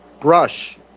brush